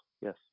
yes